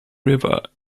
river